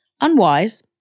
unwise